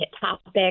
topics